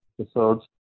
episodes